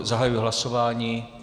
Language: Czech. Zahajuji hlasování.